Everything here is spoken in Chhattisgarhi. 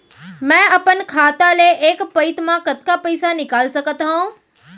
मैं अपन खाता ले एक पइत मा कतका पइसा निकाल सकत हव?